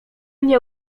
nie